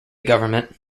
government